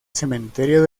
cementerio